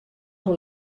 hoe